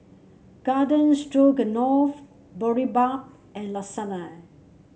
Garden Stroganoff Boribap and Lasagna